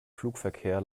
flugverkehr